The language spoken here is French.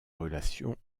relations